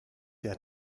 der